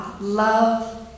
love